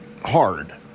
hard